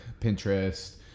Pinterest